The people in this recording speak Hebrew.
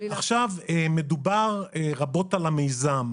מדובר רבות על המיזם.